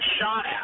shot